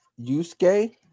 Yusuke